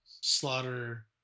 Slaughter